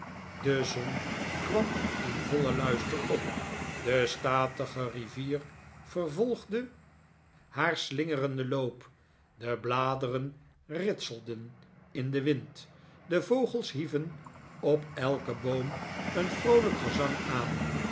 de zon kwam in vollen luister op de statige rivier vervolgde haar slingerenden loop de bladeren ritselden in den wind de vogels hieven op elken boom een vroolijk gezang aan